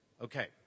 Okay